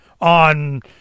on